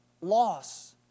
loss